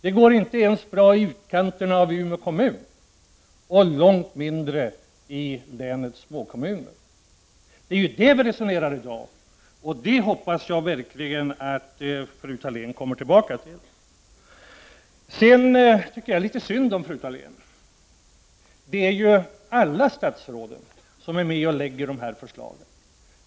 Det går inte ens bra i utkanterna av Umeå kommun, och långt mindre i länets småkommuner. Det är ju detta vi resonerar om i dag, och jag hoppas verkligen att fru Thalén kommer tillbaka till detta. Jag tycker litet synd om fru Thalén. Alla statsråden är ju med och lägger fram dessa förslag.